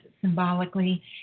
symbolically